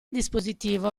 dispositivo